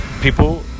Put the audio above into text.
people